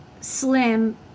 slim